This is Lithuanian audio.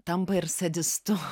tampa ir sadistu